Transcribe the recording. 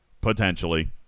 potentially